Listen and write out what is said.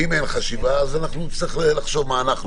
ואם אין חשיבה, אנו צריכים לחשוב מה אנו